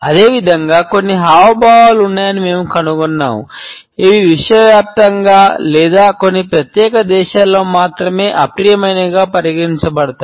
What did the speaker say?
అదేవిధంగా కొన్ని హావభావాలు ఉన్నాయని మేము కనుగొన్నాము ఇవి విశ్వవ్యాప్తంగా లేదా కొన్ని ప్రత్యేక దేశాలలో మాత్రమే అప్రియమైనవిగా పరిగణించబడతాయి